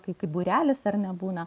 kaip kaip būrelis ar ne būna